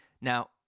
Now